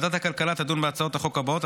ועדת הכלכלה תדון בהצעות החוק הבאות: